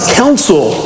counsel